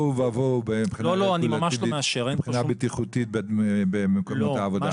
בתוהו ובוהו מבחינה בטיחותית במקומות העבודה.